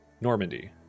Normandy